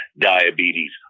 diabetes